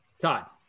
todd